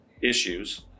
issues